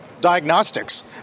diagnostics